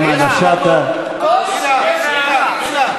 פנינה את מוזמנת לספסלי, יש פה מקום.